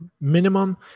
minimum